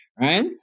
right